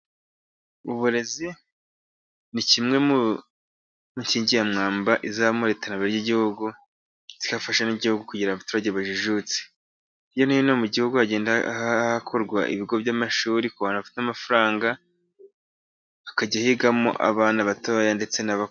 Uburezi ni kimwe mu nkingi ya mwamba izamura iterambere ry'igihugu. Igafasha n'igihugu kugira abaturage bajijutse. Hirya no hino mu gihugu hagenda hakorwa ibigo by'amashuri, ku bantu bafite amafaranga akajya yigamo. Abana batoya ndetse n'abakuru